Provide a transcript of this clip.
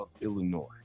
Illinois